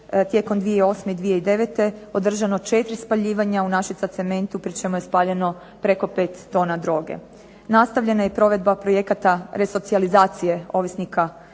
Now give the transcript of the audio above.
tijekom 2008. i 2009. održano četiri spaljivanja u Našica cementu, pri čemu je spaljeno preko 5 tona droge. Nastavljena je i provedba projekata resocijalizacije ovisnika